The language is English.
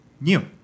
new